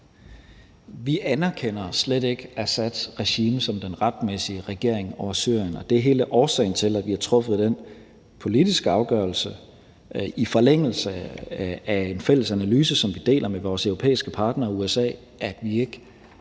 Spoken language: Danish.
Vi anerkender slet ikke Assads regime som den retmæssige regering i Syrien, og det er hele årsagen til, at vi har truffet den politiske afgørelse i forlængelse af en fælles analyse, som vi deler med vores europæiske partnere og USA, nemlig at vi ikke